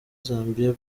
zambia